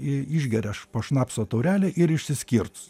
i išgeria š šnapso taurelę ir išsiskirs